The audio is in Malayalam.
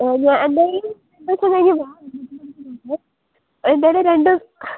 ഞാന് എന്തായാലും രണ്ടു ദിവസം കഴിഞ്ഞ് വാ എന്തായാലും രണ്ട്